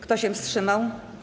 Kto się wstrzymał?